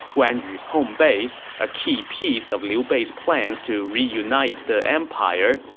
guan yu's home base, a key piece of liu bei's plans to reunify the empire,